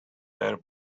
their